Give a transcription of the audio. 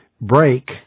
break